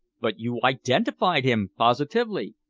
but you identified him positively?